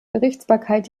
gerichtsbarkeit